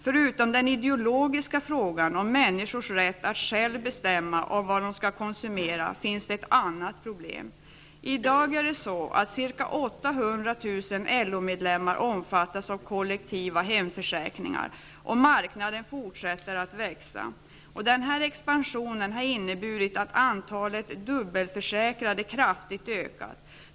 Förutom den ideologiska frågan om människors rätt att själva bestämma om vad de skall konsumera finns det ett annat problem. I dag omfattas ca 800 000 LO-medlemmar av kollektiva hemförsäkringar, och marknaden fortsätter att växa. Den här expansionen har inneburit att antalet dubbelförsäkrade kraftigt ökar.